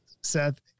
Seth